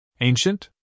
Ancient